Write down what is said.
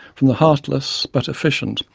from the heartless but efficient,